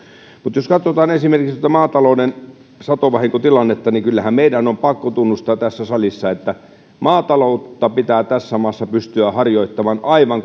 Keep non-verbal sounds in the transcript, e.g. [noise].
mutta jos katsotaan esimerkiksi maatalouden satovahinkotilannetta niin kyllähän meidän on pakko tunnustaa tässä salissa että maataloutta pitää tässä maassa pystyä harjoittamaan aivan [unintelligible]